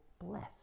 bless